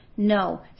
No